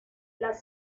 las